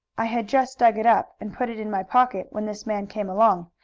i had just dug it up and put it in my pocket when this man came along.